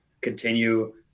continue